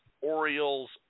Orioles